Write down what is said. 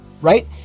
right